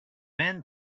men